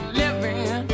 living